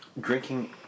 drinking